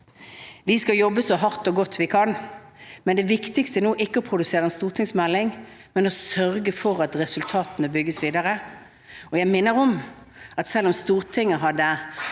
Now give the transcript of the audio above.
Vi skal jobbe så hardt og godt vi kan, men det viktigste nå er ikke å produsere en stortingsmelding, men å sørge for at resultatene bygges videre. Jeg minner om at selv om Stortinget vedtok